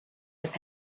his